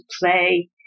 play